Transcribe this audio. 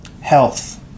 Health